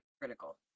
critical